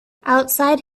outside